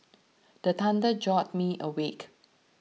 the thunder jolt me awake